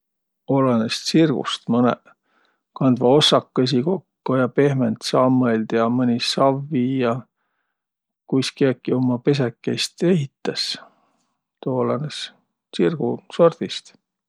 Olõnõs tsirgust. Mõnõq kandvaq ossakõisi kokko ja pehmend sammõld ja, ja mõni savvi ja. Kuis kiäki umma pesäkeist ehitäs, tuu olõnõs tsirgusordist.